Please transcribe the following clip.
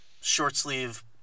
short-sleeve